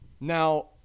Now